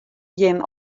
jin